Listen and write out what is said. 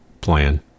plan